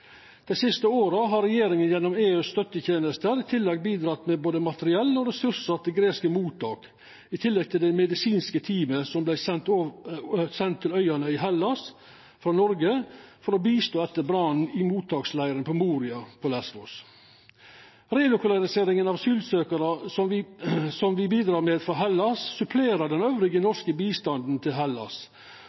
Dei siste åra har regjeringa gjennom EUs støttetenester bidrege med både materiell og ressursar til greske mottak i tillegg til det medisinske teamet som vart sendt til øyane i Hellas frå Noreg for å hjelpa etter brannen i mottaksleiren Moria på Lésvos. Relokaliseringa av asylsøkjarar som me bidreg med frå Hellas, supplerer annan norsk bistand til Hellas.